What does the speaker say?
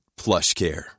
PlushCare